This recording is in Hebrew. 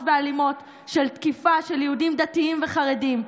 ואלימות של תקיפה של יהודים דתיים וחרדים.